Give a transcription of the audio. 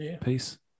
Peace